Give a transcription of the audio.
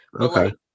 Okay